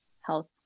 health